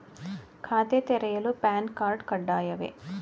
ಖಾತೆ ತೆರೆಯಲು PAN card ಕಡ್ಡಾಯವೇ?